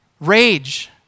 Rage